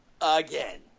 again